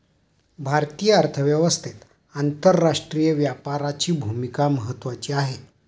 भारतीय अर्थव्यवस्थेत आंतरराष्ट्रीय व्यापाराची भूमिका महत्त्वाची आहे